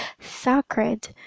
sacred